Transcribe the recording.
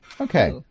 Okay